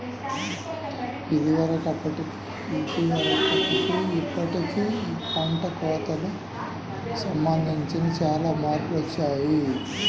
ఇదివరకటికి ఇప్పుడుకి పంట కోతకి సంబంధించి చానా మార్పులొచ్చాయ్